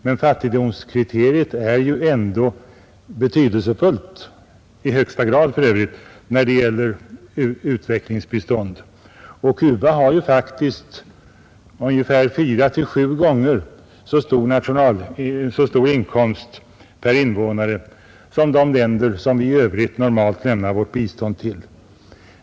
Men fattigdomskriteriet är ändå betydelsefullt — i högsta grad för övrigt — när det gäller utvecklingsbistånd, och Cuba har faktiskt ungefär fyra till sju gånger så stor inkomst per invånare som de länder i övrigt som vi normalt lämnar vårt bistånd till.